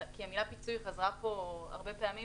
כי המילה פיצוי חזרה פה הרבה פעמים.